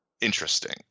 interesting